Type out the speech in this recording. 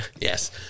Yes